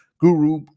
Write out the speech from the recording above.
Guru